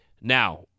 Now